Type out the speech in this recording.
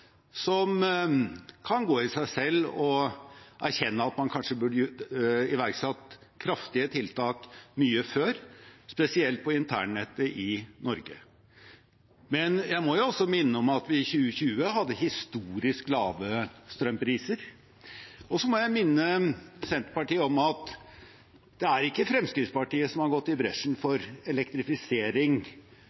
som kan gå i seg selv og erkjenne at man kanskje burde ha iverksatt kraftige tiltak mye før, spesielt på internnettet i Norge, men jeg må jo også minne om at vi i 2020 hadde historisk lave strømpriser. Og så må jeg minne Senterpartiet om at det ikke er Fremskrittspartiet som har gått i bresjen for elektrifisering